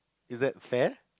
is that fair